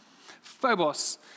Phobos